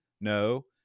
No